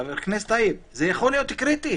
חבר הכנסת טייב, זה יכול להיות קריטי